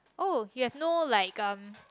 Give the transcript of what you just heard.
oh you have not like um